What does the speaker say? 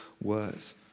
words